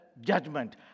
judgment